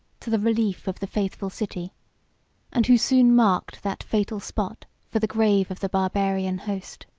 to the relief of the faithful city and who soon marked that fatal spot for the grave of the barbarian host.